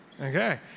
Okay